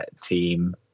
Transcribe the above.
team